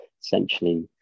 essentially